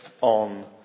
on